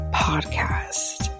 podcast